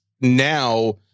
now